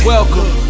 Welcome